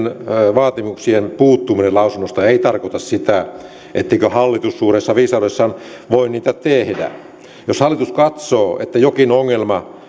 vaatimuksien puuttuminen lausunnosta ei tarkoita sitä etteikö hallitus suuressa viisaudessaan voi niitä tehdä jos hallitus katsoo että jokin ongelma